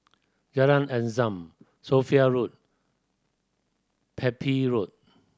Jalan Azam Sophia Road Pepy Road